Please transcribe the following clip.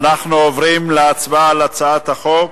אנחנו עוברים להצבעה על הצעת החוק.